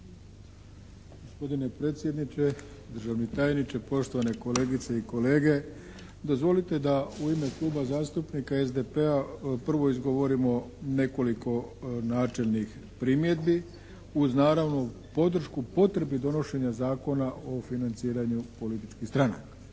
Gospodine predsjedniče, državni tajniče, poštovane kolegice i kolege. Dozvolite da u ime Kluba zastupnika SDP-a prvo izgovorimo nekoliko načelnih primjedbi uz naravno podršku potrebi donošenja Zakona o financiranju političkih stranaka.